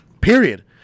Period